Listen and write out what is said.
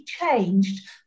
changed